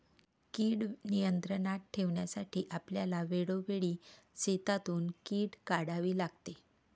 कीड नियंत्रणात ठेवण्यासाठी आपल्याला वेळोवेळी शेतातून कीड काढावी लागते